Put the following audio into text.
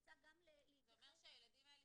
רוצה גם להתייחס --- זה אומר שהילדים האלה